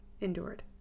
endured